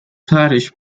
parish